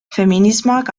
feminismoak